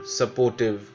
supportive